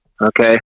okay